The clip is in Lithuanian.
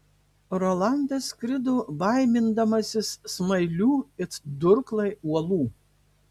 rolandas skrido baimindamasis smailių it durklai uolų